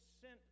sent